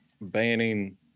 banning